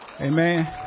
Amen